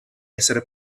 essere